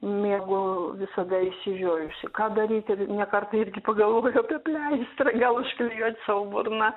miegu visada išsižiojusi ką daryti ir ne kartą irgi pagalvojau apie pleistrą gal užklijuot sau burną